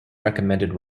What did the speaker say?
recommended